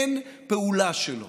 אין פעולה שלו